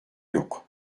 yok